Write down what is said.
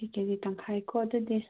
ꯀꯦꯖꯤ ꯇꯪꯈꯥꯏꯀꯣ ꯑꯗꯨꯗꯤ